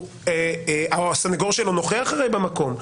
הסניגור שלו נוכח במקום.